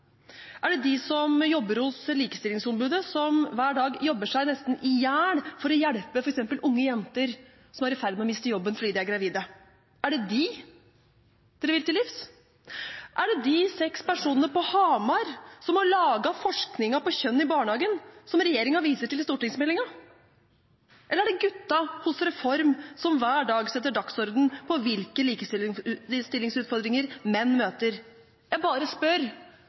Er det de som jobber hos Likestillingsombudet, og som hver dag jobber seg nesten i hjel for å hjelpe f.eks. unge jenter som er i ferd med å miste jobben fordi de er gravide? Er det dem de vil til livs? Er det de seks personene på Hamar som har laget forskningen på kjønn i barnehagen som regjeringen viser til i stortingsmeldingen? Eller er det gutta hos Reform, som hver dag setter dagsordenen for hvilke likestillingsutfordringer menn møter? Jeg bare spør,